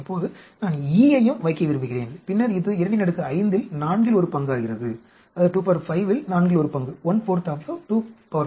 இப்போது நான் E ஐயும் வைக்க விரும்புகிறேன் பின்னர் இது 25 இல் நான்கில் ஒரு பங்காகிறது அது இங்கே 25 2